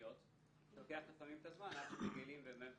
אבחנתיות וזה לוקח לפעמים זמן עד שמגלים ובאמת מחליטים.